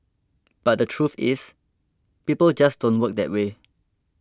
but the truth is people just don't work that way